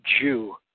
Jew